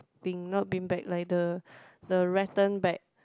bean not bean bag like the the rattan bag